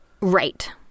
right